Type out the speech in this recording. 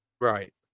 Right